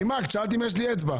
נימקת, שאלת אם יש לי אצבע.